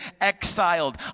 exiled